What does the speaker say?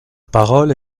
parole